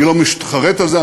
אני לא מתחרט על זה,